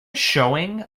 showing